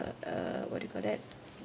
a what do you call that